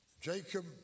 Jacob